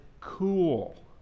cool